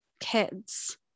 kids